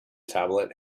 tablet